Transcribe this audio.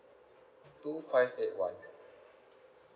two five eight one